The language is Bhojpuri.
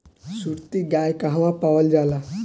सुरती गाय कहवा पावल जाला?